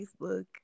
Facebook